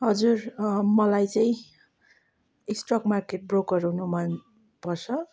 हजुर मलाई चाहिँ स्ट्रक मार्केट ब्रोकर हुनु मन पर्छ